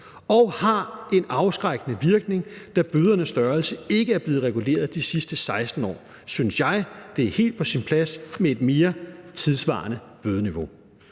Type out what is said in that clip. og har en afskrækkende virkning. Da bødernes størrelse ikke er blevet reguleret de sidste 16 år, synes jeg, det er helt på sin plads med et mere tidssvarende bødeniveau.